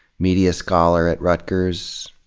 media scholar at rutgers,